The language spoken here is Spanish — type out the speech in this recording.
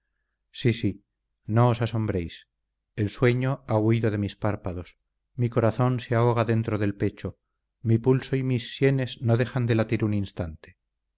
sí sí no os asombréis el sueño ha huido de mis párpados mi corazón se ahoga dentro del pecho mi pulso y mis sienes no dejan de latir un instante